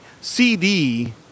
CD